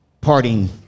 parting